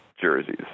jerseys